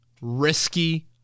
risky